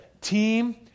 team